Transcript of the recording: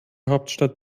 hauptstadt